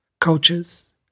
cultures